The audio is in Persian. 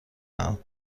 دهم